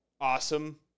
awesome